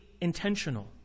intentional